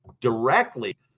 directly